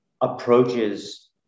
approaches